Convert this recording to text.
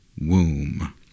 womb